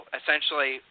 essentially